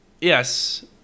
Yes